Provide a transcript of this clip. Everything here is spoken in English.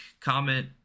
comment